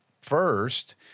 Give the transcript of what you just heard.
First